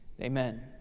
amen